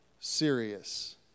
serious